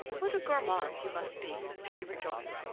what a gourmand you must be! she rejoined,